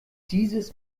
dieses